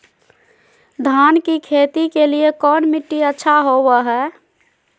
धान की खेती के लिए कौन मिट्टी अच्छा होबो है?